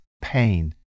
pain